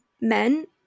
men